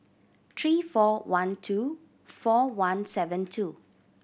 three four one two four one seven two